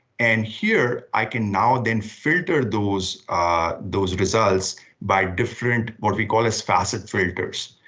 and here, i can now then filter those ah those results by different or recall as facet filters.